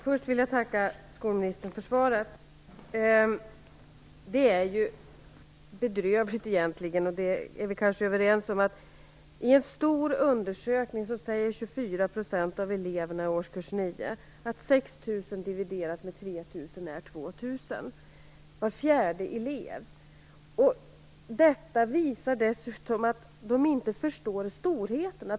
Fru talman! Jag tackar skolministern för svaret. Vi är kanske överens om att det är bedrövligt att 2 000. Det är var fjärde elev! Detta visar dessutom att de inte förstår storheten.